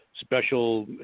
special